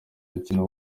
mukino